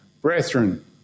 Brethren